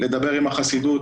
זה מחלחל בציבור והתוצאות,